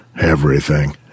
Everything